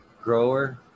grower